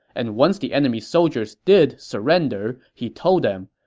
and once the enemy soldiers did surrender, he told them,